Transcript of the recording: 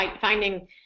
finding